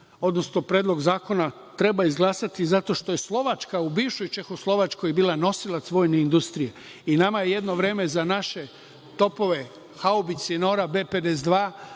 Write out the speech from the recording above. odnosno Predlog zakona treba izglasati zato što je Slovačka, u bivšoj Čehoslovačkoj, bila nosilac vojne industrije. Nama je, jedno vreme, za naše topove, haubice „Nora B-52“,